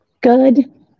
Good